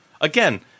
Again